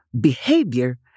behavior